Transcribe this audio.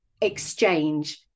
exchange